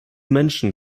menschen